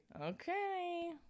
okay